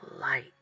light